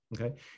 okay